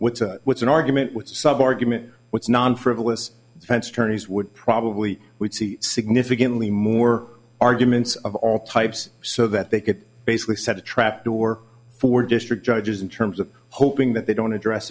what's what's an argument with some argument what's non frivolous defense attorneys would probably see significantly more arguments of all types so that they could basically set a trap door for district judges in terms of hoping that they don't address